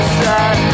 sad